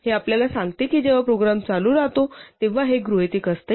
हे आपल्याला सांगते की जेव्हा प्रोग्राम चालू राहतो तेव्हा हे गृहितक असते